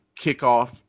kickoff